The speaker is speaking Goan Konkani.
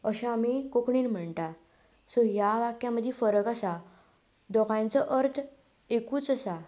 अशें आमी कोंकणींत म्हणटा सो ह्या वाक्या मदीं फरक आसा दोगांयचो अर्थ एकूच आसा